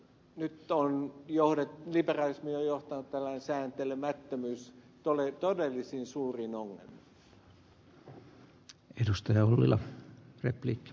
nyt liberalismi on johtanut tällainen sääntelemättömyys todellisiin suuriin ongelmiin